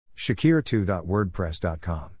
Shakir2.wordpress.com